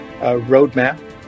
roadmap